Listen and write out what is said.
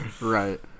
right